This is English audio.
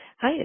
Hi